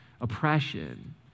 oppression